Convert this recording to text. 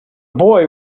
boy